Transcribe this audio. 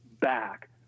back